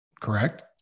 Correct